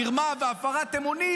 מרמה והפרת אמונים,